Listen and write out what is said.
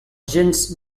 gens